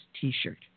T-shirt